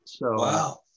Wow